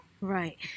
Right